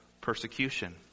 persecution